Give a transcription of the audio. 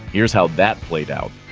here's how that played out